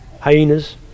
hyenas